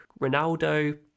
ronaldo